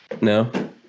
No